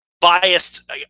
biased